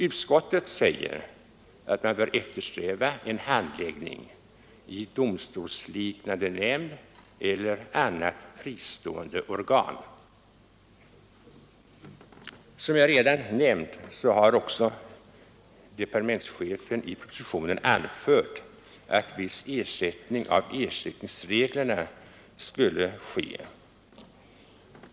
Utskottet säger, att man bör eftersträva en handläggning i domstolsliknande nämnd eller annat fristående organ. Som jag redan nämnt har departementschefen i propositionen anfört, att viss översyn av ersättningsreglerna skulle ske.